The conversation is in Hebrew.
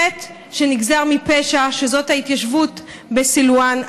חטא שנגזר מפשע, שזאת ההתיישבות בסלוואן.